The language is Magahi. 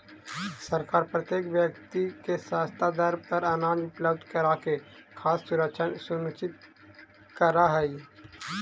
सरकार प्रत्येक व्यक्ति के सस्ता दर पर अनाज उपलब्ध कराके खाद्य सुरक्षा सुनिश्चित करऽ हइ